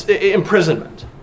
imprisonment